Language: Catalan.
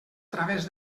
través